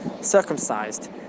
circumcised